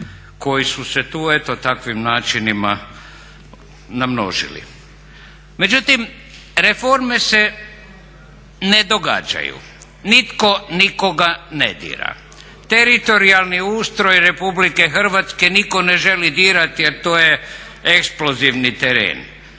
koji su se tu eto takvim načinima namnožili. Međutim, reforme se ne događaju. Nitko nikoga ne dira. Teritorijalni ustroj Republike Hrvatske nitko ne želi dirati jer to je eksplozivni teren.